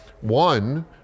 one